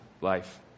life